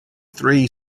three